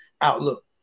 outlook